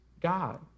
God